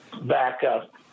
backup